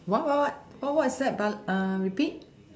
what what what what what is that but repeat